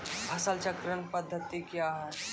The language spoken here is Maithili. फसल चक्रण पद्धति क्या हैं?